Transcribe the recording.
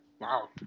Wow